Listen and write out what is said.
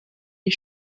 est